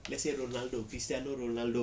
let's say ronaldo cristiano ronaldo